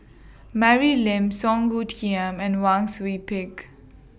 Mary Lim Song Hoot Tiam and Wang Sui Pick